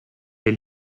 est